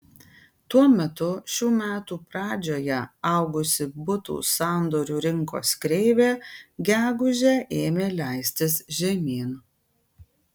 tuo metu šių metų pradžioje augusi butų sandorių rinkos kreivė gegužę ėmė leistis žemyn